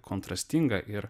kontrastinga ir